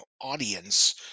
audience